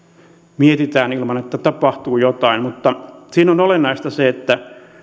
mietitään ilman että tapahtuu jotain mutta siinä on olennaista se että